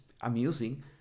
amusing